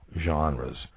genres